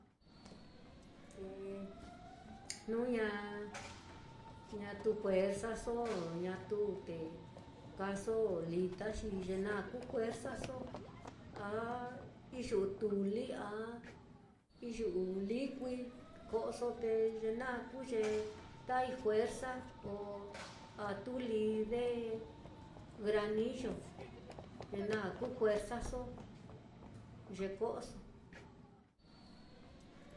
Te jnu ña ñatu juerzaso, ñatu te kaaso lita, xi ye naá kuu juerzaso a iyu'u tuli, a iyu'u likui ko'oso, te ye naá kuu ye tai juerza, o a tuli de granillo, ye naá kuu juerzaso ye ko'oso